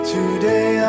Today